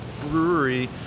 brewery